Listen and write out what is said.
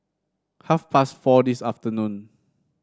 half past four this afternoon